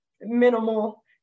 minimal